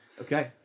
okay